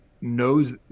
knows